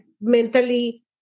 mentally